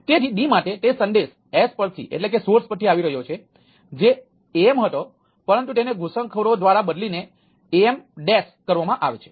તેથી d માટે તે સંદેશ s પર થી એટલે કે સોર્સ પરથી આવી રહ્યો છે જે am હતો પરંતુ તેને ઘુસણખોર દ્વારા બદલી ને am' કરવામાં આવે છે